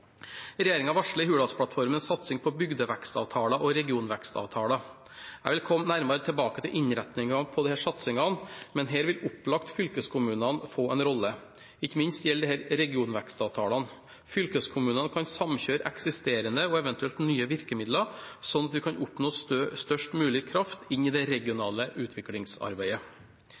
varsler i Hurdalsplattformen en satsing på bygdevekstavtaler og regionvekstavtaler. Jeg vil komme nærmere tilbake til innretningen på disse satsingene, men her vil opplagt fylkeskommunene få en rolle. Ikke minst gjelder dette regionvekstavtalene. Fylkeskommunene kan samkjøre eksisterende og eventuelt nye virkemidler, slik at vi kan oppnå størst mulig kraft i det regionale utviklingsarbeidet.